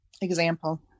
Example